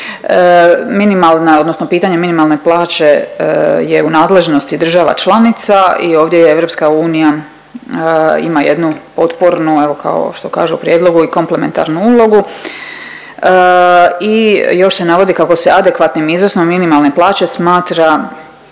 pitanje minimalne plaće je u nadležnosti država članica i ovdje EU ima jednu potpornu evo kao što kaže u prijedlogu i komplementarnu ulogu i još se navodi kako se adekvatnim iznosom minimalne plaće smatra